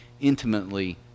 intimately